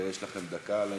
יש לכם דקה לעניין.